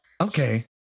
okay